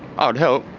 ah would help.